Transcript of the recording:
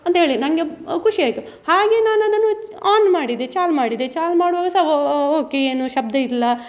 ಅಂತ ಹೇಳಿ ನನಗೆ ಖುಷಿ ಆಯಿತು ಹಾಗೆ ನಾನದನ್ನು ಆನ್ ಮಾಡಿದೆ ಚಾಲ್ ಮಾಡಿದೆ ಚಾಲ್ ಮಾಡುವಾಗ ಸಹ ಓಕೆ ಏನು ಶಬ್ದ ಇಲ್ಲ